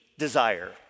desire